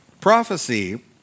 Prophecy